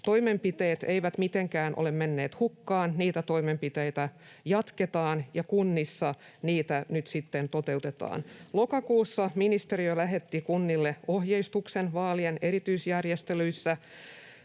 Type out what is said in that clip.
toimenpiteet eivät mitenkään ole menneet hukkaan, niitä toimenpiteitä jatketaan ja kunnissa niitä nyt sitten toteutetaan. Lokakuussa ministeriö lähetti kunnille ohjeistuksen vaalien erityisjärjestelyistä.